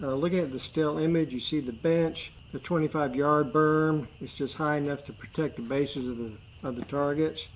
ah looking at the still image, you see the bench, the twenty five yard berm. it's just high enough to protect the base and of the um the targets.